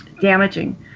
damaging